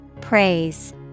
Praise